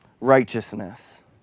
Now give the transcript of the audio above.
righteousness